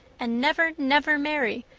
and never, never marry,